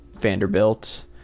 vanderbilt